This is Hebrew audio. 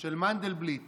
של מנדלבליט